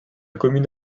commune